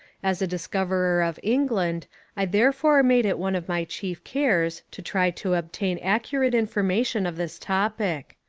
as a discoverer of england i therefore made it one of my chief cares to try to obtain accurate information of this topic.